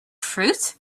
fruit